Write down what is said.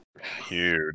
huge